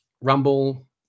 rumble